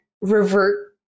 revert